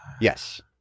Yes